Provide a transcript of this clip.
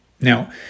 Now